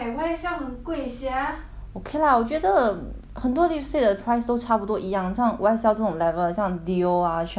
ok lah 我觉得 um 很多 lipstick 的 price 都差不多一样这种 Y_S_L 这种 level 好像 Dior ah Chanel 我觉他的 lipstick price 都差不多就是